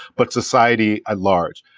but society at large.